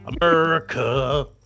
America